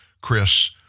Chris